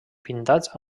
pintats